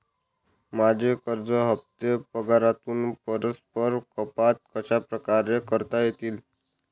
माझे कर्ज हफ्ते पगारातून परस्पर कपात कशाप्रकारे करता येतील?